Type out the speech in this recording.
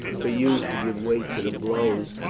were used to give weight to the blows,